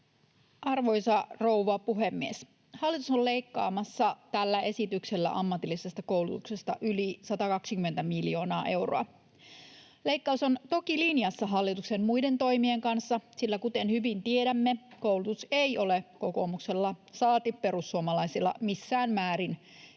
Arvoisa rouva puhemies! Hallitus on leikkaamassa tällä esityksellä ammatillisesta koulutuksesta yli 120 miljoonaa euroa. Leikkaus on toki linjassa hallituksen muiden toimien kanssa, sillä kuten hyvin tiedämme, koulutus ei ole kokoomuksella saati perussuomalaisilla missään määrin